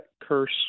curse